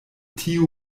tiu